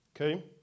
Okay